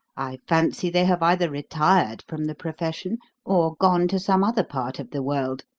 i fancy they have either retired from the profession or gone to some other part of the world.